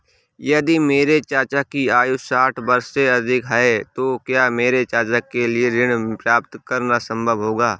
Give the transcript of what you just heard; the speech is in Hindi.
यदि मेरे चाचा की आयु साठ वर्ष से अधिक है तो क्या मेरे चाचा के लिए ऋण प्राप्त करना संभव होगा?